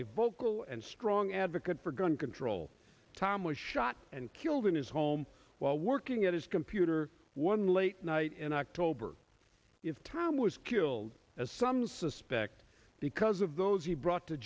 a vocal and strong advocate for gun control tom was shot and killed in his home while working at his computer one late night an october if tom was killed as some suspect because of those he brought to